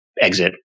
exit